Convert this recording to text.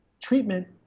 Treatment